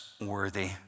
worthy